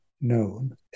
known